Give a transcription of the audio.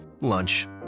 lunch